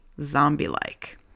zombie-like